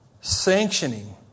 Sanctioning